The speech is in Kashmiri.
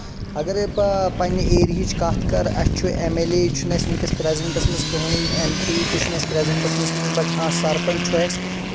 اَگرے بہٕ پَنٕنہِ ایریاہٕچ کَتھ کَرٕ اسہِ چھ ایم ایل اے چھُ نہٕ اسہِ وٕنۍکٮ۪س پریزنٹس منٛز کہٕنۍ ایم پی تہِ چھ نہٕ اَسہِ پریٚزنٛٹس کہِنۍ بَٹ ہاں سرپنٛچ چھُ اَسہِ